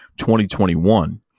2021